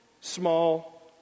small